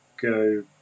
go